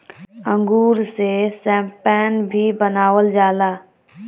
अंगूर से शैम्पेन भी बनावल जाला